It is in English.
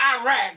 Iraq